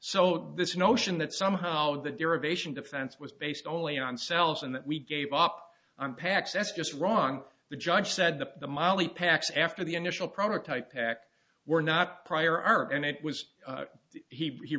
so this notion that somehow the derivation defense was based only on cells and that we gave up on packs s just wrong the judge said that the molly packs after the initial prototype pack were not prior and it was he he